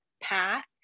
path